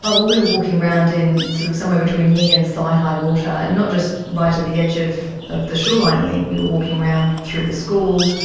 ah we were walking around in sort of somewhere between knee and thigh high water, and not just right at the edge of of the shoreline i mean, we were walking around through the school,